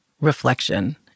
reflection